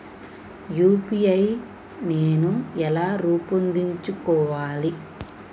UPI నేను ఎలా రూపొందించుకోవాలి?